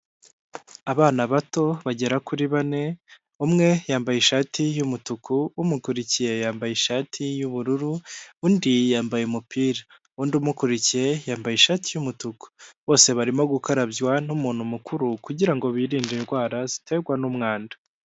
Abana bato bagera kuri bane umwe yambaye ishati yumutuku umukurikiye yambaye ishati yubururu undi yambaye umupira undi umukurikiye yambaye ishati yumutuku bose barimo gukarabya numuntu mukuru kugirango birinde indwara ziterwa n'mwanda.